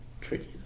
Tricky